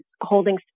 holding